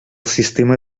sistema